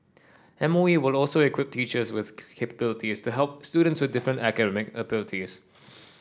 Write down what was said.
M O E will also equip teachers with capabilities to help students with different academic abilities